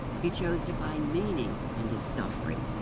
he chose to find meaning in his suffering.